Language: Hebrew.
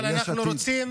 אבל אנחנו רוצים